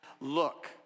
look